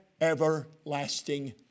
everlasting